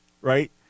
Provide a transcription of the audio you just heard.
right